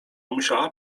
musiała